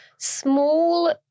Small